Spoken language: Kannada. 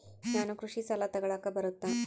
ನಾನು ಕೃಷಿ ಸಾಲ ತಗಳಕ ಬರುತ್ತಾ?